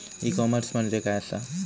E commerce म्हणजे काय असा?